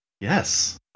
Yes